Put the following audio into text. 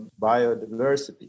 biodiversity